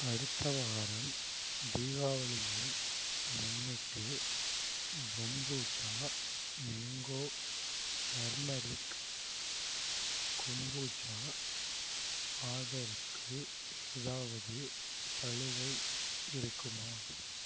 அடுத்த வாரம் தீபாவளியை முன்னிட்டு பொம்புச்சா மேங்கோ டர்மரிக் கொம்பூச்சா ஆர்டருக்கு ஏதாவது சலுகை இருக்குமா